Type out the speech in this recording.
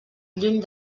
lluny